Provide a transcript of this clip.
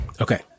Okay